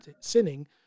sinning